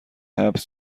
حبس